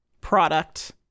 product